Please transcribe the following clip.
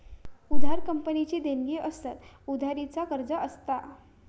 उधार कंपनीची देणी असतत, उधारी चा कर्ज असता